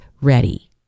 ready